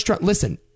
Listen